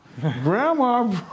Grandma